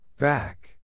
Back